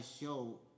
show